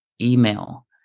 email